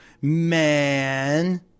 man